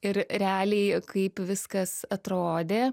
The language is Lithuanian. ir realiai kaip viskas atrodė